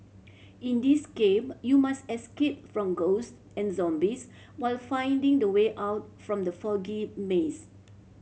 in this game you must escape from ghosts and zombies while finding the way out from the foggy maze